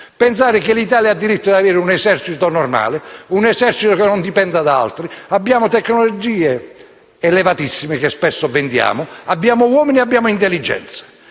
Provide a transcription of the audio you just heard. stessi - che l'Italia ha il diritto di avere un esercito normale, che non dipenda da altri? Abbiamo tecnologie elevatissime, che spesso vendiamo; abbiamo uomini e intelligenze.